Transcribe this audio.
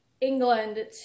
england